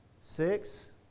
Six